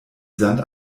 sand